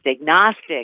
agnostic